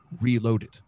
Reloaded